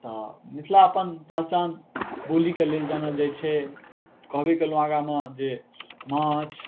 तऽ मिथिला अपन पहिचान बोलीके लेल जानल जाइ छै कहबै कयलहुँ आगामे जे माछ